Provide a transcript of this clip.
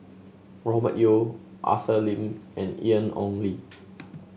Robert Yeo Arthur Lim and Ian Ong Li